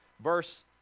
verse